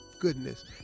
goodness